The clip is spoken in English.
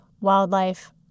wildlife